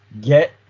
get